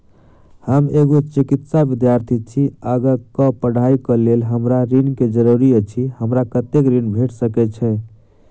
हम एगो चिकित्सा विद्यार्थी छी, आगा कऽ पढ़ाई कऽ लेल हमरा ऋण केँ जरूरी अछि, हमरा कत्तेक ऋण भेट सकय छई?